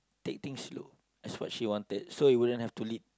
take things slow that's what she wanted so it wouldn't have to lead